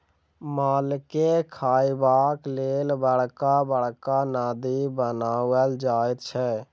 मालके खयबाक लेल बड़का बड़का नादि बनाओल जाइत छै